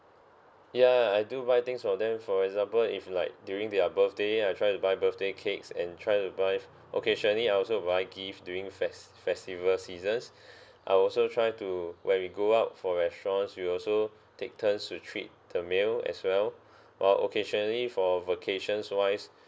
ya I do buy things for them for example if like during their birthday I try to buy birthday cakes and try to buy occasionally I also buy gift during fest~ festival seasons I also try to when we go out for restaurants we also take turns to treat the meal as well while occasionally for vacations wise